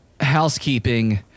housekeeping